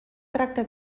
tracte